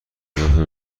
اضافه